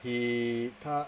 he 他